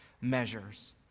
measures